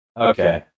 Okay